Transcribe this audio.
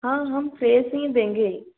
हाँ हम फ्रेस ही देंगे